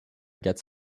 gets